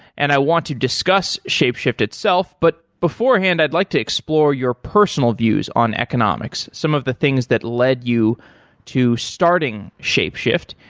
and i want to discuss shapeshift itself, but beforehand i'd like to explore your personal views on economics, some of the things that led you to starting shapeshift.